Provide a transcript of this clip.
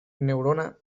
neurona